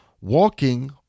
walking